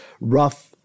rough